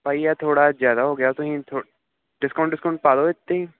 ਭਾਅ ਜੀ ਆਹ ਥੋੜ੍ਹਾ ਜ਼ਿਆਦਾ ਹੋ ਗਿਆ ਤੁਸੀਂ ਥੋ ਡਿਸਕਾਊਂਟ ਡਿਸਕਾਊਂਟ ਪਾ ਦਿਓ ਇਹਤੇ